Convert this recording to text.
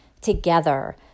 together